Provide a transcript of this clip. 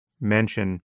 mention